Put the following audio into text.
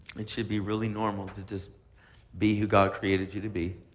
it should be really normal to just be who god created you to be.